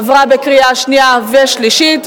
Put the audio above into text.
עבר בקריאה שנייה ושלישית,